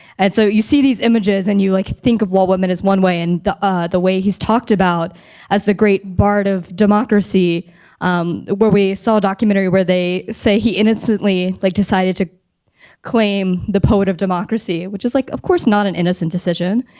and so you see these images and you like, think of walt whitman as one way, and the ah the way he's talked about as the great bud of democracy where we saw a documentary where they say he innocently like decided to claim the poet of democracy, which is like, of course, not an innocent decision,